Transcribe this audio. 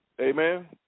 Amen